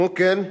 כמו כן,